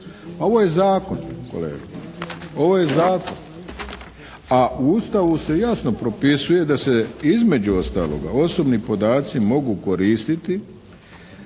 ovo je zakon kolega. Ovo je zakon. A u Ustavu se jasno propisuje da se između ostaloga osobni podaci mogu koristiti